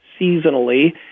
seasonally